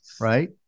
right